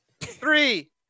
Three